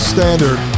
Standard